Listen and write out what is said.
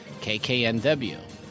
KKNW